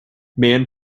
man